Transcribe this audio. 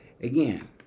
again